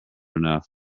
enough